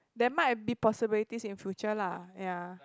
there might be possibilities in future lah ya